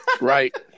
right